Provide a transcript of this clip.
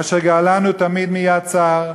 אשר גאלנו תמיד מיד צר,